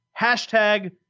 hashtag